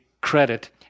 credit